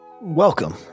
Welcome